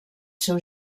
seu